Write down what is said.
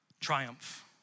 triumph